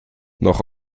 noch